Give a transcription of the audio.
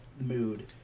mood